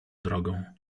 drogą